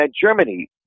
Germany